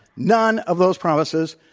none of those promises,